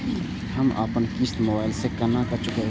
हम अपन किस्त मोबाइल से केना चूकेब?